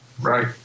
Right